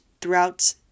throughout